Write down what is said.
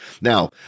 Now